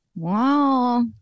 Wow